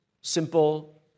simple